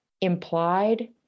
implied